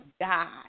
God